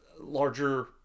larger